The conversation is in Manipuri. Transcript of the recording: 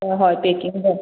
ꯍꯣꯏ ꯍꯣꯏ ꯄꯦꯀꯤꯡꯗ